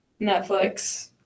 netflix